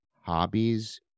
hobbies